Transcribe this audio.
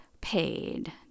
paid